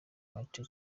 martin